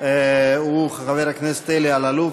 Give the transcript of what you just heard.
הוא חבר הכנסת אלי אלאלוף,